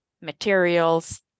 materials